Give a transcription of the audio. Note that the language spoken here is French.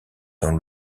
dans